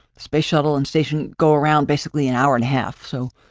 space shuttle and station go around basically an hour and a half. so,